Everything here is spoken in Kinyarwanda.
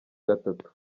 gatatu